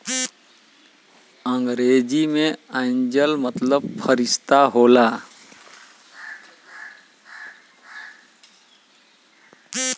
अंग्रेजी मे एंजेल मतलब फ़रिश्ता होला